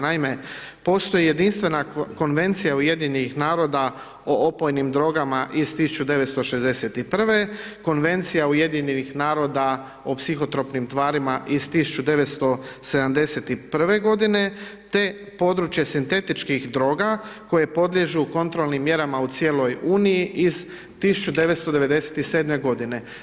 Naime, postoji jedinstvena Konvencija UN-a o opojnim drogama iz 1961.-ve, Konvencija UN-a o psihotropnim tvarima iz 1971.-ve godine, te područje sintetičkih droga koje podliježu kontrolnim mjerama u cijeloj Uniji iz 1997.-me godine.